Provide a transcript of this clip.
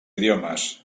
idiomes